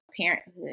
parenthood